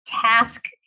task